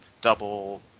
double